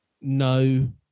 No